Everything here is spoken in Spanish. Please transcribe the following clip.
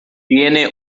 tiene